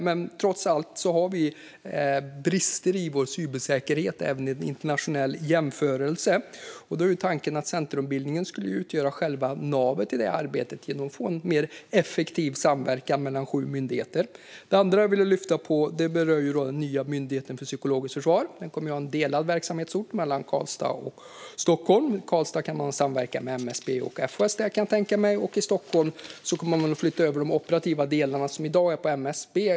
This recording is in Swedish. Men trots allt har vi brister i vår cybersäkerhet även i en internationell jämförelse. Tanken var att centerbildningen skulle utgöra själva navet i detta arbete genom att få till en mer effektiv samverkan mellan sju myndigheter. Det andra jag ville lyfta var den nya myndigheten för psykologiskt försvar. Den kommer att ha delad verksamhetsort mellan Karlstad och Stockholm. I Karlstad kan man samverka med MSB och FHS, kan jag tänka mig, och i Stockholm kommer man att flytta över de operativa delar som i dag är på MSB.